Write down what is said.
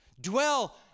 Dwell